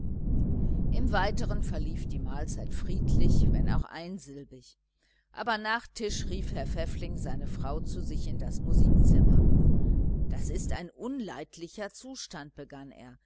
im weiteren verlief die mahlzeit friedlich wenn auch einsilbig aber nach tisch rief herr pfäffling seine frau zu sich in das musikzimmer das ist ein unleidlicher zustand begann er